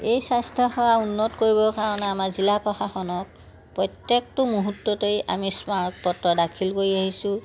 এই স্বাস্থ্যসেৱা উন্নত কৰিবৰ কাৰণে আমাৰ জিলা প্ৰশাসনক প্ৰত্যেকটো মুহূৰ্ত্ততেই আমি স্মাৰকপত্ৰ দাখিল কৰি আহিছোঁ